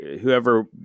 whoever